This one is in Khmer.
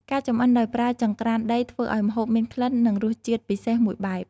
ការចម្អិនដោយប្រើចង្រ្កានដីធ្វើឱ្យម្ហូបមានក្លិន និងរសជាតិពិសេសមួយបែប។